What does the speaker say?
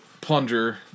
plunger